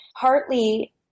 partly